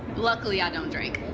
luckily, i don't drink.